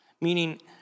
Meaning